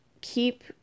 keep